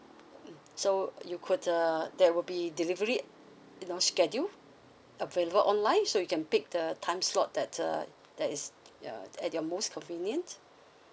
mm so you could uh there will be delivery you know schedule available online so you can pick the time slot that uh that is uh at your most convenient